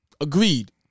Agreed